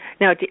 Now